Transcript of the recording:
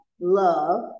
love